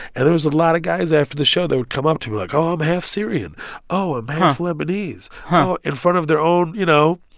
and there was a lot of guys after the show that would come up to me like, oh, i'm half syrian oh, i'm half lebanese in front of their own, you know.